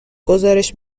گزارش